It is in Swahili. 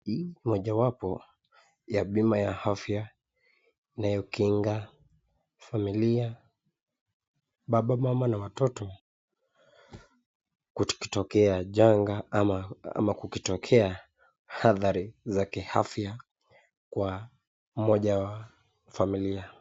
Hii ni mojawapo ya bima ya afya inayokinga familia, baba, mama na watoto kukitokea janga ama kukitokea hathari za kiafya kwa mmoja wa familia.